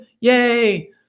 Yay